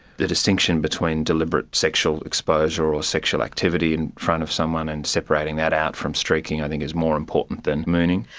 the distinction between deliberate sexual exposure or sexual activity in front of someone and separating that out from streaking i think is more important than mooning.